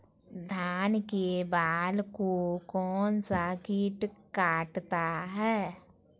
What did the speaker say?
धान के बाल को कौन सा किट काटता है?